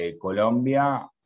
Colombia